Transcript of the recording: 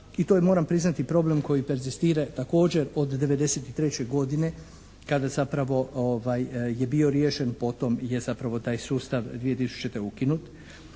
i to je moram priznati problem koji …/Govornik se ne razumije./… također od '93. godine kada zapravo je bio riješen potom je zapravo taj sustav 2000. ukinut,